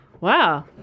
Wow